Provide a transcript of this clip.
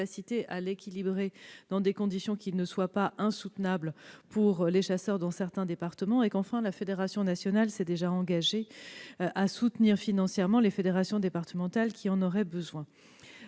à l'équilibrer dans des conditions qui ne soient pas insoutenables pour les chasseurs dans certains départements. Par ailleurs, la fédération nationale s'est déjà engagée à soutenir financièrement les fédérations départementales qui en auraient besoin.